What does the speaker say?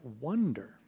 wonder